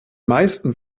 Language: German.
meisten